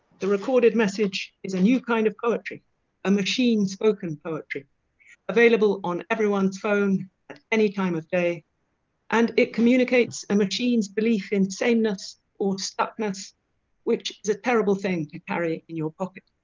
the recorded message is a new kind of poetry a machine spoken poetry available on everyone's phone at any time of day and it communicates a machine's belief in sameness or stuckness which is a terrible thing to carry in your pocket.